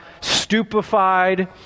stupefied